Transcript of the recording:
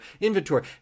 inventory